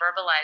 verbalize